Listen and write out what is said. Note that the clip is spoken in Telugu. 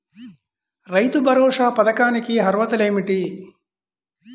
రైతు భరోసా పథకానికి అర్హతలు ఏమిటీ?